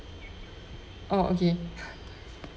oh okay